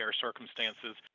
circumstances